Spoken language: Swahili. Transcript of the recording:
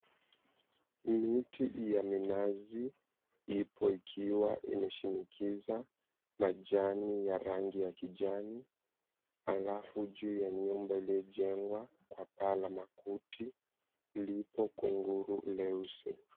Miti ya minazi ipo ikiwa imeshinikiza majani ya rangi ya kijani, alafu juu ya nyumba iliyojengwa kwa paa la makuti lipo kunguru leusi.